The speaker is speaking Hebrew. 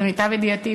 למיטב ידיעתי,